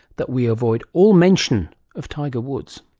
that we avoid all mention of tiger woods!